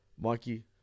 Mikey